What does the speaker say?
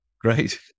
Great